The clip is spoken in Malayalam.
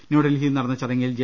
ന്യൂഡൽഹിയിൽ നടന്ന ചടങ്ങിൽ ജെ